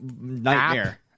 nightmare